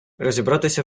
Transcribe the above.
розібратися